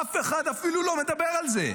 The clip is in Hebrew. אף אחד אפילו לא מדבר על זה,